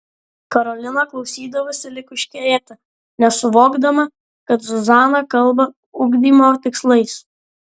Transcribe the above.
karolina klausydavosi lyg užkerėta nesuvokdama kad zuzana kalba ugdymo tikslais